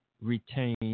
retain